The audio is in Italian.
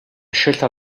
scelta